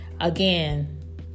Again